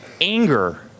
anger